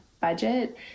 budget